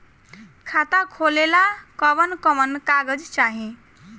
खाता खोलेला कवन कवन कागज चाहीं?